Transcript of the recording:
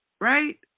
right